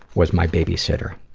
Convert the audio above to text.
was my babysitter.